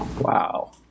Wow